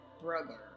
brother